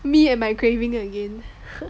me and my craving again